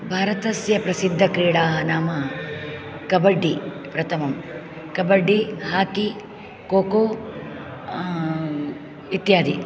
भारतस्य प्रसिद्धक्रीडाः नाम कबड्डि प्रथमं कबड्डि हाकि कोको इत्यादि